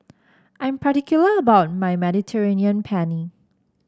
I'm particular about my Mediterranean Penne